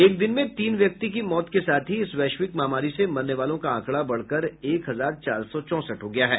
एक दिन में तीन व्यक्ति की मौत के साथ ही इस वैश्विक महामारी से मरने वालों का आंकड़ा बढ़कर एक हजार चार सौ चौंसठ हो गया है